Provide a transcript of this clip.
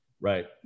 Right